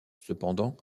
cependant